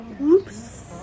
Oops